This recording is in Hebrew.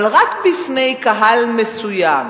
אבל רק בפני קהל מסוים",